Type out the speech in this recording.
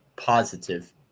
positive